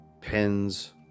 pens